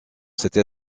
cette